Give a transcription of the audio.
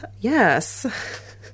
yes